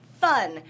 fun